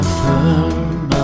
firm